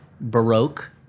baroque